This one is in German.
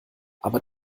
aber